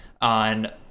on